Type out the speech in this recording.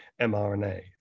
mRNA